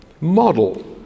model